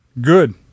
Good